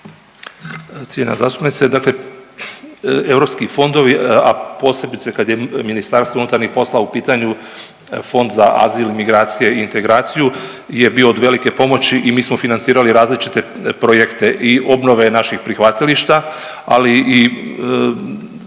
Cijenjena zastupnice, dakle europski fondovi, a posebice kad je MUP u pitanju Fond za azil, migracije i integraciju je bio od velike pomoći i mi smo financirali različite projekte i obnove naših prihvatilišta, ali i